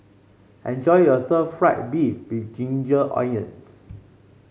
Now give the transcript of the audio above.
enjoy your Stir Fried Beef with Ginger Onions